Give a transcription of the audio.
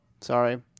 Sorry